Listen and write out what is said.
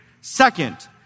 Second